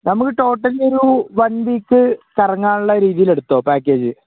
നമ്മള് ടോട്ടലൊരു one week കറങ്ങാനുള്ള രീതിയിലെടുത്തുകൊള്ളൂ പാക്കേജ്